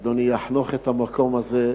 אדוני יחנוך את המקום הזה,